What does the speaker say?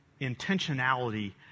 intentionality